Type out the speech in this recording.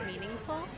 meaningful